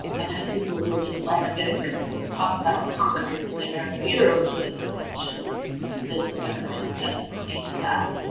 i've had people who are dyslexic talk about conquering their fear of language, and this was a kind of testimony to that.